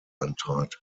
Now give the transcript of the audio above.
antrat